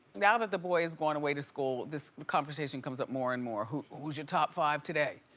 now that the boy's gone away to school, the conversation comes up more and more. who's your top five today?